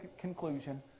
conclusion